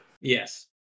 yes